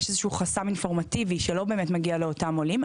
יש איזשהו חסם אינפורמטיבי שלא באמת מגיע לאותם עולים,